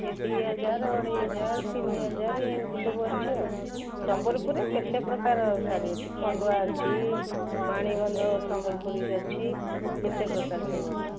ସେ ଦୁଇ ହଜାର ଅଢ଼େଇ ହଜାର ତିନି ହଜାର ଏମିତି ସବୁ ଅଛି ଆଉ ସମ୍ବଲପୁରୀରେ କେତେ ପ୍ରକାର ଶାଢ଼ି ଅଛି ଖଣ୍ଡୁଆ ଅଛି ମାଣିବନ୍ଧ ସମ୍ବଲପୁରୀ ଅଛି କେତେ ପ୍ରକାର ସବୁ ଅଛି